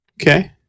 Okay